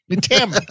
Tim